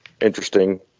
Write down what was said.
interesting